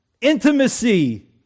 Intimacy